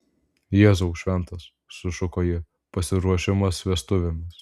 jėzau šventas sušuko ji pasiruošimas vestuvėms